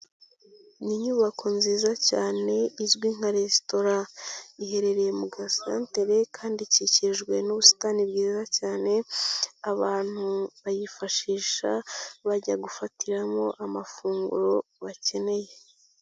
Ni inyubako nziza cyane izwi nka resitora. Iherereye mu gasantere kandi ikikijwe n'ubusitani bwiza cyane, abantu bayifashisha bajya gufatiramo amafunguro bakeneye.